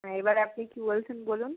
হ্যাঁ এবার আপনি কী বলছেন বলুন